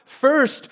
First